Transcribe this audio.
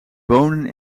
wonen